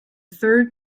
third